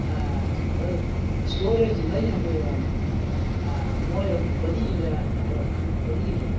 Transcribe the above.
அதாவது ஸ்டோரேஜ் மாதிரி நம்முடைய மூளையில வந்து பதிகின்ற பதிகின்றது